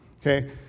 Okay